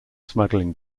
smuggling